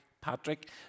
Patrick